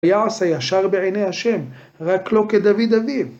יעשה ישר בעיני השם, רק לא כדוד אביו.